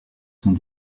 sont